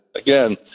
again